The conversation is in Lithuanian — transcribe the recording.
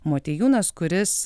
motiejūnas kuris